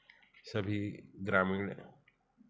सभी ग्रामीण